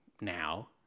now